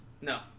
No